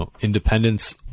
independence